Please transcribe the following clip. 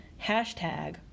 hashtag